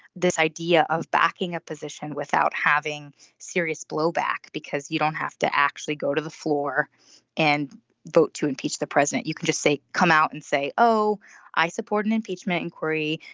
this idea of backing a position without having serious blowback because you don't have to actually go to the floor and vote to impeach the president. you can just say come out and say oh i support an impeachment inquiry.